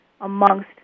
amongst